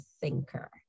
thinker